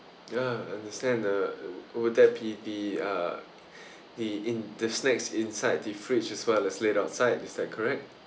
ya I understand uh oh that be the uh the in the snacks inside the fridge as well as laid outside is that correct